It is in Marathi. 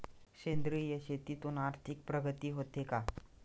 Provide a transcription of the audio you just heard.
सेंद्रिय शेतीतून आर्थिक प्रगती होते का?